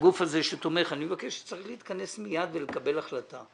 הגוף הזה שתומך להתכנס מיד ולקבל החלטה.